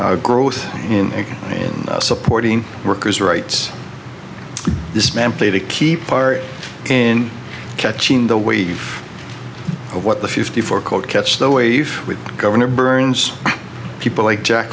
growth in supporting workers rights this man played a key part in catching the wave of what the fifty four called catch the wave with gov burns people like jack